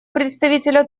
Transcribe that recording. представителя